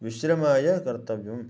विश्रामाय कर्तव्यं